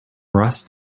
rust